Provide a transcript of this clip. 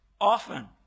often